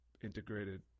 integrated